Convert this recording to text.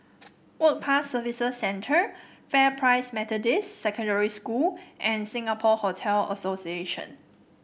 Work Pass Service Centre Methodist Secondary School and Singapore Hotel Association